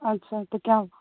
اچھا تو کیا